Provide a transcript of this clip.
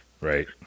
Right